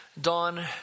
Dawn